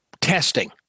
Testing